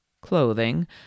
clothing